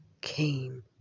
came